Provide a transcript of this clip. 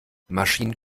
maschinen